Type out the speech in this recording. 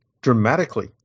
dramatically